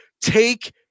Take